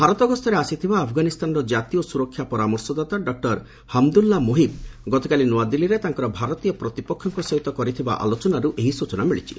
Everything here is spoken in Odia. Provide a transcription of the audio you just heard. ଭାରତ ଗସ୍ତରେ ଆସିଥିବା ଆଫଗାନିସ୍ତାନର ଜାତୀୟ ସୁରକ୍ଷା ପରାମର୍ଶଦାତା ଡକ୍ଟର ହମ୍ଦୁଲ୍ଲା ମୋହିବ୍ ଗତକାଲି ନୂଆଦିଲ୍ଲୀରେ ତାଙ୍କର ଭାରତୀୟ ପ୍ରତିପକ୍ଷଙ୍କ ସହିତ କପରିଥିବା ଆଲୋଚନାରୁ ଏହି ସ୍ୱଚନା ମିଳିଛି